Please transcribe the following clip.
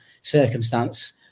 circumstance